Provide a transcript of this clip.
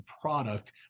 product